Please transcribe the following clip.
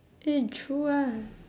eh true ah